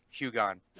Hugon